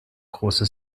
große